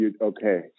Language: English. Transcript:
okay